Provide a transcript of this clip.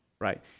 Right